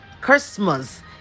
Christmas